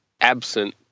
absent